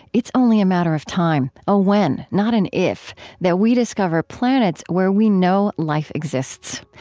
it's only a matter of time a when, not an if that we discover planets where we know life exists.